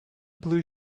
blue